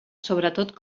sobretot